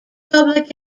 public